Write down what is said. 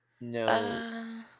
No